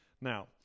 Now